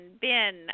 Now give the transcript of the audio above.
Ben